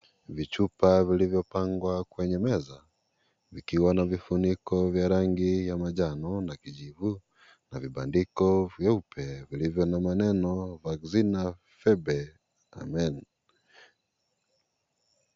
Ni chupa zilizopangwa kwenye meza ikiwa na vifuniko vya rangi ya manjano na kijivu na vibandiko vyeupe vyenye maneno vacina febre amel.